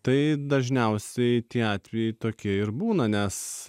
tai dažniausiai tie atvejai tokie ir būna nes